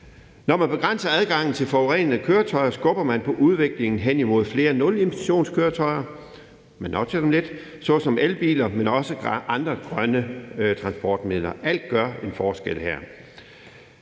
Når man begrænser adgangen for forurenende køretøjer, skubber man på udviklingen – man nudger folk lidt – hen imod flere nulemissionskøretøjer såsom elbiler, men også andre grønne transportmidler. Alt gør en forskel her.